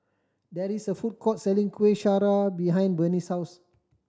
there is a food court selling Kueh Syara behind Bennie's house